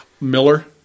Miller